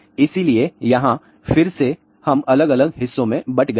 इसलिए यहां फिर से हम अलग अलग हिस्सों में बंट गए हैं